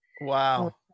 wow